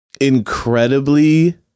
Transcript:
incredibly